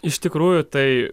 iš tikrųjų tai